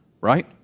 right